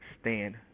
stand